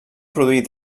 produir